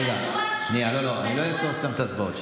רגע, שנייה, לא, אני לא אעצור סתם את ההצבעות.